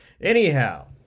Anyhow